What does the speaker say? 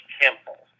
temple